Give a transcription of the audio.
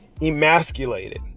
emasculated